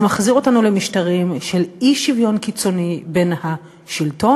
זה מחזיר אותנו למשטרים של אי-שוויון קיצוני בין השלטון,